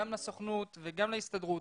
גם לסוכנות וגם להסתדרות,